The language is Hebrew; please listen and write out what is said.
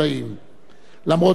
למרות גילו ומעמדו,